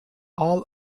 i’ll